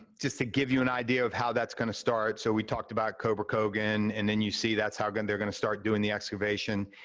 just to give you an idea of how that's gonna start, so we talked about kober cogan, and then you see that's how they're gonna start doing the excavation,